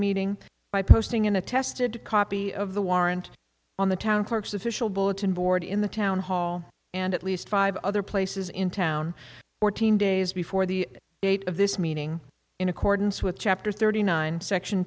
meeting by posting in a tested copy of the warrant on the town clerk's official bulletin board in the town hall and at least five other places in town fourteen days before the date of this meaning in accordance with chapter thirty nine section